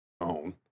own